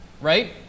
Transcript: Right